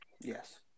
Yes